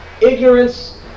Ignorance